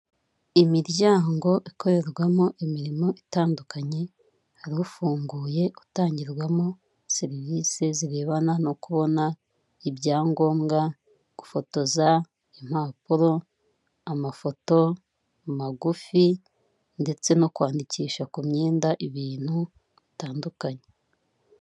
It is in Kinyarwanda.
Imiryango ikorerwamo imirimo itandukanye, hari ufunguye utangirwamo serivise zirebana no kubona ibyangombwa, gufotoza impapuro, amafoto magufi, ndetse no kwandikisha ku myenda ibintu bitandukanye.